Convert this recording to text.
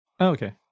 Okay